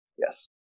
yes